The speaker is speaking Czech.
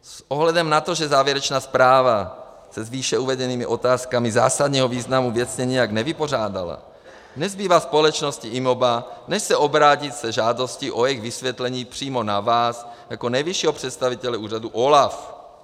S ohledem na to, že závěrečná zpráva se s výše uvedenými otázkami zásadního významu věcně nijak nevypořádala, nezbývá společnosti IMOBA, než se obrátit s žádostí o jejich vysvětlení přímo na vás jako nejvyššího představitele úřadu OLAF.